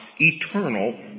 eternal